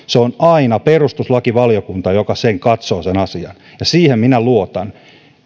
se on aina perustuslakivaliokunta joka katsoo sen asian ja siihen minä luotan